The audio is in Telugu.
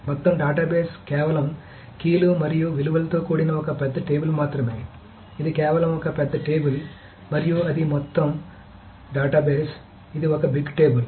మొత్తం డేటాబేస్ కేవలం కీ లు మరియు విలువలతో కూడిన ఒక పెద్ద టేబుల్ మాత్రమే ఇది కేవలం ఒక పెద్ద టేబుల్ మరియు అది మీ మొత్తం డేటాబేస్ ఇది ఒక బిగ్ టేబుల్